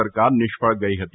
સરકાર નિષ્ફળ ગઇ હતી